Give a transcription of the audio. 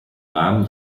rahmen